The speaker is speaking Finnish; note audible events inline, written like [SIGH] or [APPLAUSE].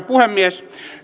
[UNINTELLIGIBLE] puhemies